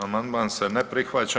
Amandman se ne prihvaća.